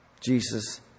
Jesus